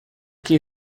que